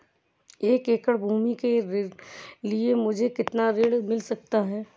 एक एकड़ भूमि के लिए मुझे कितना ऋण मिल सकता है?